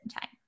time